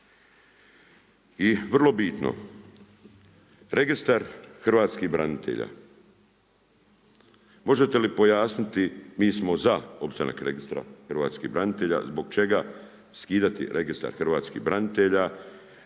I vrlo bitno, Registar hrvatskih branitelja, možete li pojasniti, mi smo za opstanak Registra hrvatskih branitelja. Zbog čega skidati Registar hrvatskih branitelja?